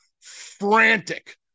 frantic